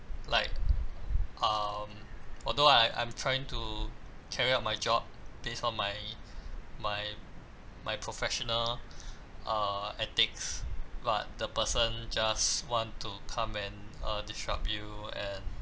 like um although I I'm trying to carry out my job based on my my my professional uh ethics but the person just want to come and uh disrupt you and